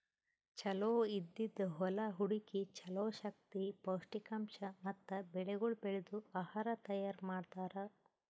ಚಲೋ ಇದ್ದಿದ್ ಹೊಲಾ ಹುಡುಕಿ ಚಲೋ ಶಕ್ತಿ, ಪೌಷ್ಠಿಕಾಂಶ ಮತ್ತ ಬೆಳಿಗೊಳ್ ಬೆಳ್ದು ಆಹಾರ ತೈಯಾರ್ ಮಾಡ್ತಾರ್